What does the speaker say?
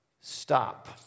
Stop